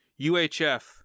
UHF